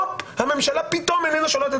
הופ, הממשלה פתאום אינה שולטת